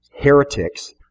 heretics